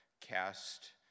Cast